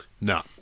No